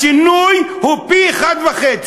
השינוי הוא פי-1.5.